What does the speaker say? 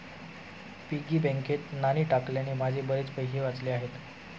piggy बँकेत नाणी टाकल्याने माझे बरेच पैसे वाचले आहेत